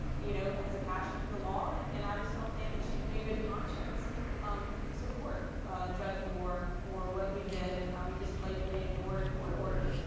you know, has a passion for the law and and i just don't think that she could in good conscious support judge moore for what he did and how he just blatantly ignored a court order.